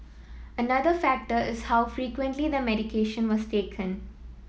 another factor is how frequently the medication was taken